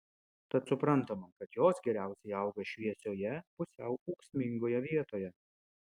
tad suprantama kad jos geriausiai auga šviesioje pusiau ūksmingoje vietoje